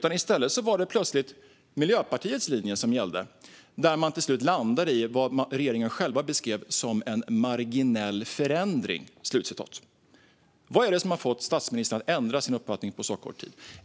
I stället var det plötsligt Miljöpartiets linje som gällde, där man till slut landade i vad regeringen själv beskrev som en "marginell förändring". Vad är det som har fått statsministern att ändra sin uppfattning på så kort tid?